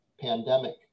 pandemic